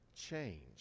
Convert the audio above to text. change